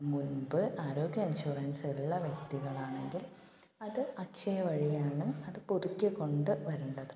മുൻപ് ആരോഗ്യ ഇൻഷുറൻസ് ഉള്ള വ്യക്തികളാണെങ്കിൽ അത് അക്ഷയ വഴിയാണ് അത് പുതുക്കി കൊണ്ട് വരേണ്ടത്